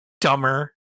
dumber